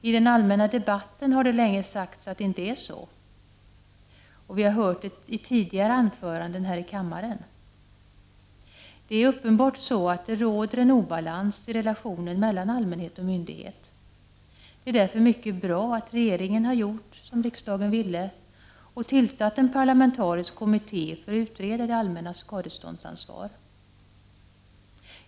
I den allmänna debatten har det länge sagts att det inte är så, och vi har hört det i tidigare anföranden här i kammaren. Det är uppenbart att det råder en obalans i relationen mellan allmänhet och myndighet. Det är därför mycket bra att regeringen har gjort som riksdagen ville och tillsatt en parlamentarisk kommitté för att utreda det allmännas skadeståndsansvar.